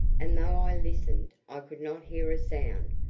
and though i listened, i could not hear a sound.